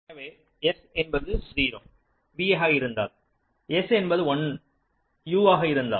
எனவே s என்பது 0 v ஆக இருந்தால் s என்பது 1 u ஆக இருக்கும்